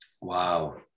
Wow